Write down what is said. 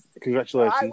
Congratulations